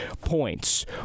points